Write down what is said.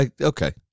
okay